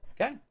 Okay